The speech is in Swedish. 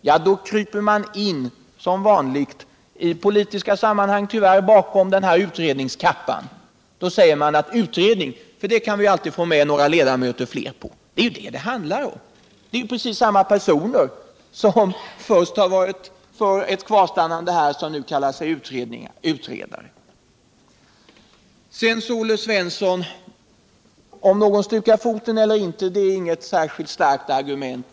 Jo, då kryper man, som vanligt i politiska sammanhang, bakom utredningskappan. Då säger man: ”En utredning kan vi alltid få med några ledamöter till på.” Det är detta det handlar om. Det är samma personer som har varit för ett kvarstannande som nu vill ha en utredning. Att någon stukar foten är inte något starkt argument, sade Olle Svensson.